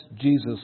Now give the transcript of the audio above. Jesus